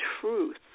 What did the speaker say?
truth